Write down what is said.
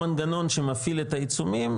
המנגנון שמפעיל את העיצומים,